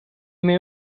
may